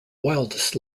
wildest